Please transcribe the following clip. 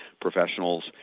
professionals